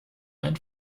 ein